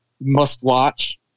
must-watch